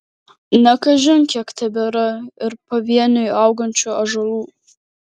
ne kažin kiek tebėra ir pavieniui augančių ąžuolų